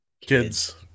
kids